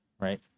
right